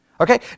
Okay